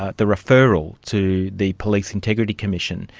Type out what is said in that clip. ah the referral to the police integrity commission.